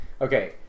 Okay